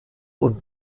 und